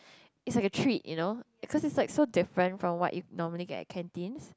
is like a treat you know because it is like so different from what you normally get from canteens